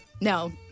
No